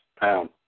pound